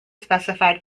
specified